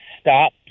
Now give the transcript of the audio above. stop